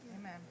Amen